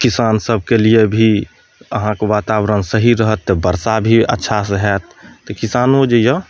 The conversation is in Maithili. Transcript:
किसान सभके लिए भी अहाँकऽ वातावरण सही रहत तऽ बरसा भी अच्छासँ हाएत तऽ किसानो जे यऽ